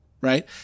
right